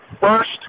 First